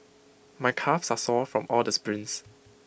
my calves are sore from all the sprints